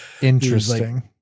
interesting